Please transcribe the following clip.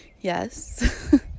Yes